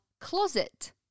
closet